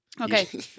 Okay